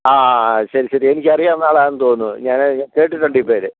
ആ ശരി ശരി എനിക്കറിയാവുന്ന ആളാണെന്ന് തോന്നുന്നു ഞാന് കേട്ടിട്ടുണ്ട് ഈ പേര്